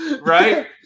Right